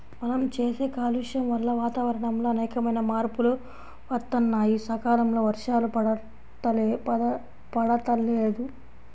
మనం చేసే కాలుష్యం వల్ల వాతావరణంలో అనేకమైన మార్పులు వత్తన్నాయి, సకాలంలో వర్షాలు పడతల్లేదు